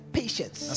patience